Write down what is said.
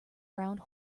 round